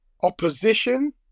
opposition